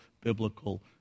biblical